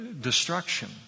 destruction